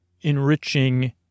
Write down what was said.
enriching